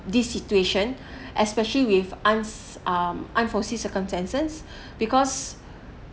this situation especially with un~ um unforeseen circumstances because